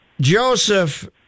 Joseph